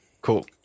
cool